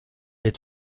est